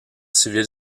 civile